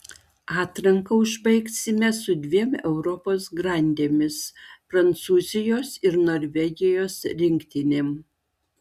atranką užbaigsime su dviem europos grandėme prancūzijos ir norvegijos rinktinėm